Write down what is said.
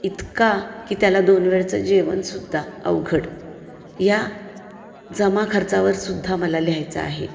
इतका की त्याला दोन वेळचं जेवणसुद्धा अवघड या जमाखर्चावर सुद्धा मला लिहायचं आहे